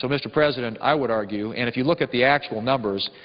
so mr. president, i would argue and if you look at the actual numbers,